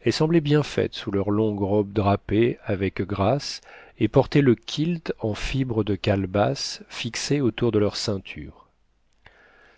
elles semblaient bien faites sous leur longue robe drapée avec grâce et portaient le kilt en fibres de calebasse fixé autour de leur ceinture